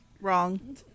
Wrong